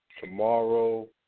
tomorrow